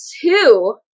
two